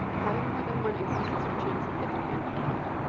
having more than one increases your chance of getting the end you want.